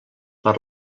per